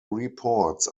reports